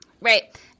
Right